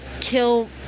kill